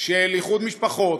של איחוד משפחות,